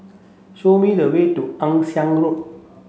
show me the way to Ann Siang Road